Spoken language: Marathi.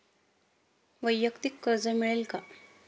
वैयक्तिक कर्ज मिळेल का?